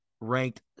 ranked